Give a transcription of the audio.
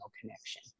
connection